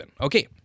Okay